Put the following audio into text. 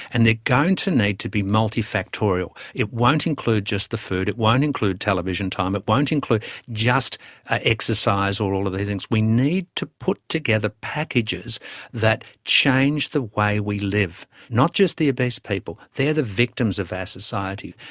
and they are going to need to be multifactorial. it won't include just the food, it won't include television time, it won't include just exercise or all of these things, we need to put together packages that change the way we live, not just the obese people, they are the victims of our society.